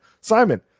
Simon